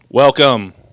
Welcome